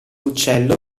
uccello